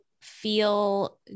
feel